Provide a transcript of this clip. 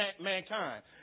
mankind